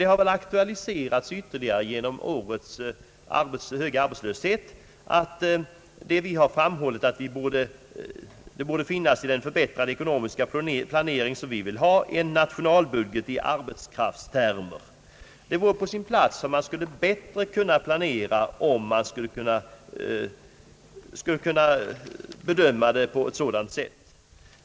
Det har aktualiserats ytterligare genom årets höga arbetslöshet att vi framhållit att i den förbättrade ekonomiska planering vi önskar borde finnas en nationalbudget i arbetskraftstermer. Det vore på sin plats, och man skulle därigenom bättre kunna planera hur man skulle bedöma läget.